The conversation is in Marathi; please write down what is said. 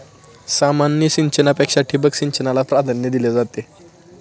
सामान्य सिंचनापेक्षा ठिबक सिंचनाला प्राधान्य दिले जाते